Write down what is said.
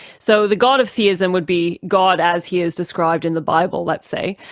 so the god of theism would be god as he is described in the bible let's say,